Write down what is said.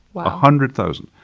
one hundred thousand,